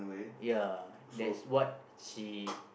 ya that's what she